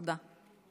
תודה.